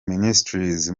ministries